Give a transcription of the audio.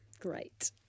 great